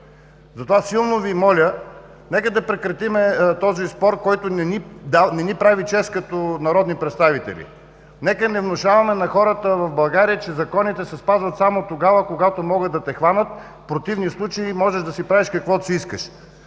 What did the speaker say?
Затова силно Ви моля: нека да прекратим този спор, който не ни прави чест като народни представители. Нека не внушаваме на хората в България, че законите се спазват само тогава, когато могат да те хванат, а в противни случаи може да си правиш каквото си искаш!